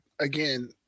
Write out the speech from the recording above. again